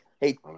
Hey